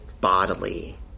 bodily